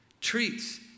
Treats